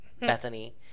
Bethany